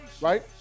right